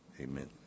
Amen